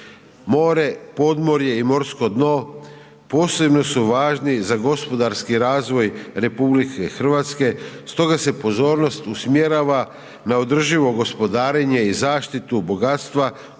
Mora, podmorje i morsko dno posebno su važni za gospodarski razvoj RH, stoga se pozornost usmjerava na održivo gospodarenje i zaštitu bogatstva koja